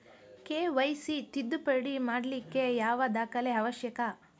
KYC ತಿದ್ದುಪಡಿ ಮಾಡ್ಲಿಕ್ಕೆ ಯಾವ ದಾಖಲೆ ಅವಶ್ಯಕ?